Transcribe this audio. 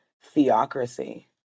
theocracy